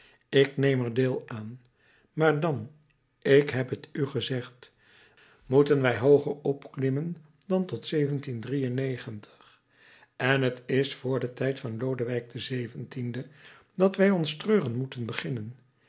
ik neem er deel aan maar dan ik heb het u gezegd moeten wij hooger opklimmen dan tot en t is vr den tijd van lodewijk xvii dat wij ons treuren moeten beginnen